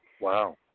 Wow